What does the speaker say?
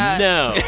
no